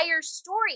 story